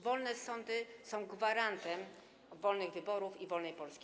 Wolne sądy są gwarantem wolnych wyborów i wolnej Polski.